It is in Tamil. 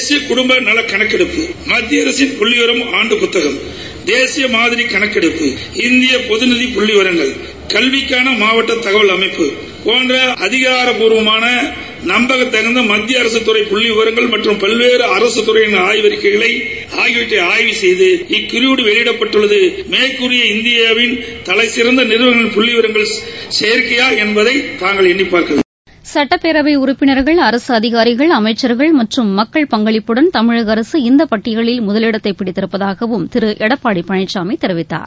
தேசிப குடும்ப நல கணக்கெடுப்பு மத்திய அரசின் புள்ளி விவரம் ஆண்டு புத்தகம் தேசிய மாதிரி கணக்கெடுப்பு இந்திய பொது நிதி புள்ளி விவரங்கள் கல்விக்கான மாவட்ட தகவல் அமைப்பு போன்ற அதிகாரப்புர்வமான நம்பத்தகும்த மத்திய அரகத்தறை புள்ளி விவாங்கள் மற்றும் பல்வேறு அரசு துறைகளின் ஆய்வறிக்கைகள் ஆகியவை ஆய்வு செய்து இக்குறியீடு வெளியிடப்பட்டுள்ளது மேற்கடிய இந்தியாவின் தலைசிறந்த நிறுவனங்களின் புள்ளி விவரங்கள் செயற்கையாதை என்பதை தாங்கள் எண்ணிப்பார்க்க வேண்டும் சட்டப்பேரவை உறுப்பினர்கள் அரசு அதிகாரிகள் அமைச்சர்கள் மற்றும் மக்கள் பங்களிப்புடன் தமிழக அரசு இந்த பட்டியலில் முதலிடத்தை பிடித்திருப்பதாகவும் திரு எடப்பாடி பழனிசாமி தெரிவித்தார்